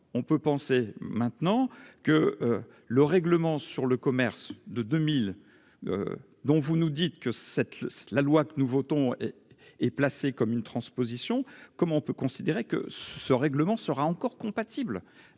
on peut penser maintenant que le règlement sur le commerce de 2000, dont vous nous dites que cette la loi que nous votons et placé comme une transposition, comment on peut considérer que ce règlement sera encore compatible